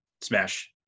smash